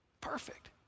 Perfect